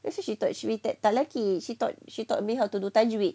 also she taught she take talaqqi she taught she taught me how to tajwid